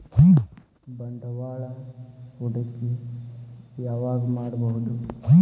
ಬಂಡವಾಳ ಹೂಡಕಿ ಯಾವಾಗ್ ಮಾಡ್ಬಹುದು?